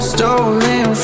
Stolen